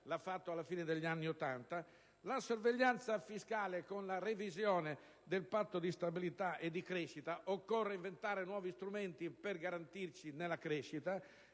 l'ha fatta alla fine degli anni Ottanta); la sorveglianza fiscale con la revisione del Patto di stabilità e crescita (occorre inventare nuovi strumenti per garantirci nella crescita)